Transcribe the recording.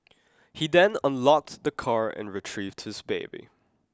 he then unlocked the car and retrieved his baby